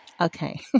Okay